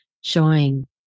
showing